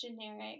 generic